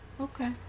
Okay